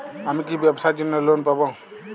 আমি কি ব্যবসার জন্য লোন পাব?